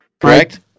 correct